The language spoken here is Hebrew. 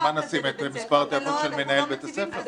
האם נשים את מספר הטלפון של מנהל בית הספר?